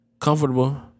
Comfortable